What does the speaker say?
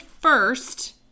first